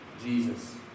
Jesus